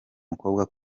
mukobwa